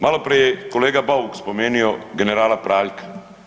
Maloprije je kolega Bauk spomenuo generala Praljka.